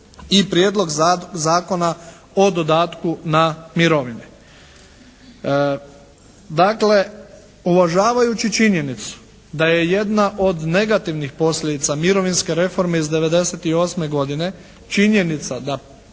i prijedlog Zakona o dodatku na mirovine.